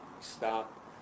stop